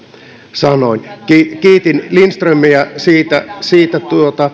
sanoin kiitin lindströmiä siitä siitä